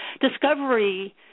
discovery